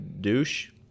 douche